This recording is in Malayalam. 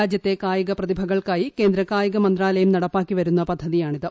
രാജ്യത്തെ കായിക പ്രതിഭകൾക്കായി കേന്ദ്ര കായിക മന്ത്രാലയം നടപ്പാക്കിവരുന്ന പദ്ധതിയാണിത്